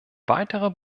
weiterer